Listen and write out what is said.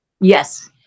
Yes